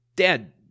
Dad